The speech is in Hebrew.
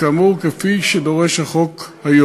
כדאי לך.